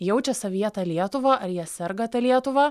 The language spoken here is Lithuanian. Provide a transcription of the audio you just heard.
jaučia savyje tą lietuvą ar jie serga ta lietuva